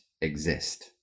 exist